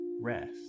rest